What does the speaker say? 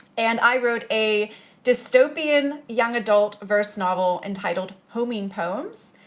and i wrote a dystopian young adult verse novel entitled, homing poems,